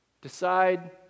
Decide